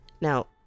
Now